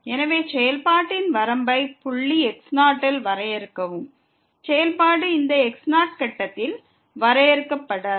எனவே செயல்பாட்டின் வரம்பை புள்ளி x0 யில் வரையறுக்கவும் செயல்பாடு இந்த x0 கட்டத்தில் வரையறுக்கப்படாது